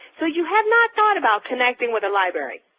so you have not thought about connecting with a library,